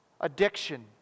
addiction